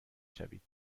شوید